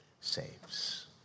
saves